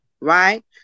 right